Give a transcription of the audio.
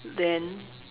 then